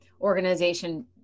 organization